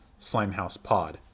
SlimehousePod